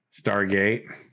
Stargate